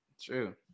True